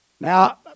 Now